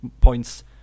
points